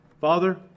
Father